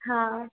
હા